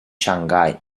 shanghái